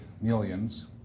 millions